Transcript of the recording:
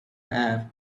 air